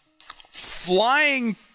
flying